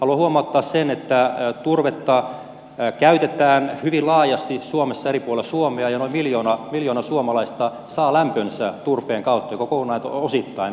haluan huomauttaa että turvetta käytetään hyvin laajasti suomessa eri puolilla suomea ja noin miljoona suomalaista saa lämpönsä turpeen kautta joko kokonaan tai osittain